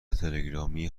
تلگرامی